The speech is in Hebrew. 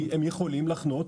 כי הם יכולים לחנות,